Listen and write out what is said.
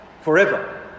forever